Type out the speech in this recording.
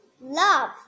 love